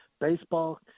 baseball